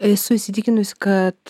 esu įsitikinus kad